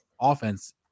offense